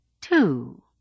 Two